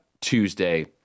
Tuesday